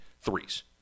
threes